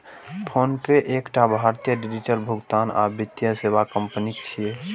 PhonePe एकटा भारतीय digital भुगतान आ वित्तीय सेवा कंपनी छियै